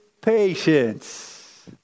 patience